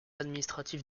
administrative